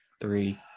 three